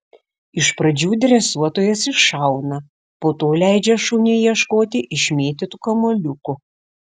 iš pradžių dresuotojas iššauna po to leidžia šuniui ieškoti išmėtytų kamuoliukų